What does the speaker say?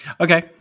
Okay